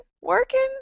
working